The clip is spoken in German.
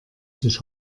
sich